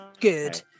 good